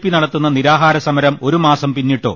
P നടത്തുന്ന നിരാഹാര സമരം ഒരുമാസം പിന്നിട്ടു